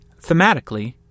thematically